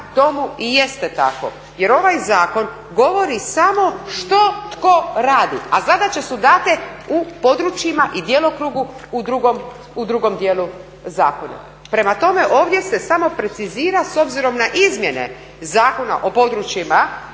tomu i jeste tako jer ovaj zakon govori samo što tko radi, a zadaće su date u područjima i djelokrugu u drugom dijelu zakona. Prema tome, ovdje se samo precizira s obzirom na izmjene Zakona o područjima